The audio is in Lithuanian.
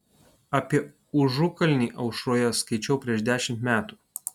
apie ažukalnį aušroje skaičiau prieš dešimt metų